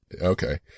okay